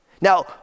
Now